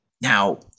Now